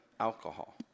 alcohol